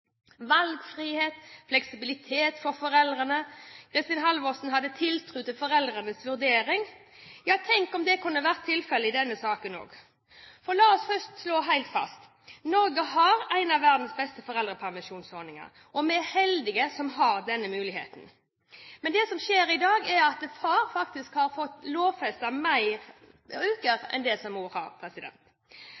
denne saken også. For la oss først slå helt fast: Norge har en av verdens beste foreldrepermisjonsordninger, og vi er heldige som har denne muligheten. Men det som skjer i dag, er at far faktisk får lovfestet flere uker enn det mor har.